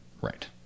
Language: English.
Right